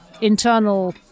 internal